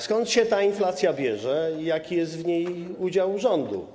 Skąd się ta inflacja bierze i jaki jest we niej udział rządu?